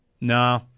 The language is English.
nah